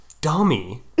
dummy